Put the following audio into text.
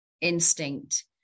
instinct